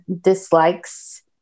dislikes